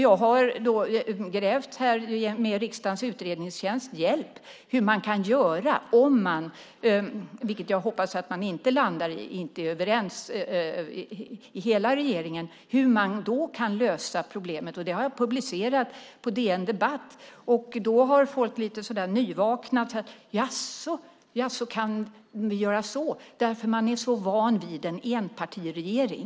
Jag har grävt med riksdagens utredningstjänsts hjälp för att se vad man kan göra om man, vilket jag hoppas att man inte landar i, inte är överens i hela regeringen, hur man då kan lösa problemet. Det har jag publicerat på DN Debatt. Då har folk lite nyvaknat sagt: Jaså, kan vi göra så? Man är så van vid en enpartiregering.